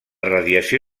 radiació